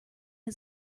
for